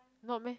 not meh